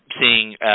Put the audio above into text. seeing